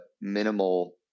minimal